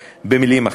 במילים אחרות,